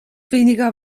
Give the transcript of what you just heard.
weniger